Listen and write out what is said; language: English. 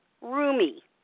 roomy